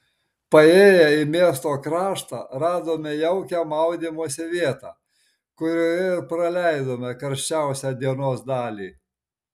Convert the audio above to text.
paėję į miesto kraštą radome jaukią maudymosi vietą kurioje ir praleidome karščiausią dienos dalį